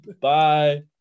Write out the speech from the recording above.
Bye